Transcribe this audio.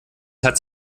hat